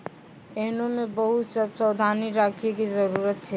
एहनो मे बहुते सभ सावधानी राखै के जरुरत छै